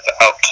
out